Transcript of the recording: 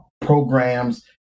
programs